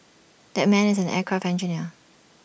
that man is an aircraft engineer